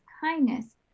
kindness